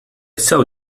saw